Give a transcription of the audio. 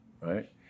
right